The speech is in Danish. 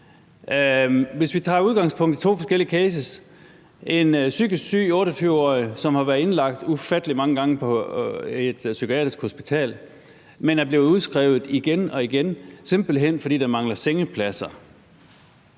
Lad os tage udgangspunkt i to forskellige cases. I den ene har vi en psykisk syg 28-årig, som har været indlagt ufattelig mange gange på et psykiatrisk hospital, men er blevet udskrevet igen og igen, simpelt hen fordi der mangler sengepladser,